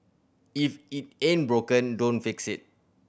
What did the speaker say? if it ain't broken don't fix it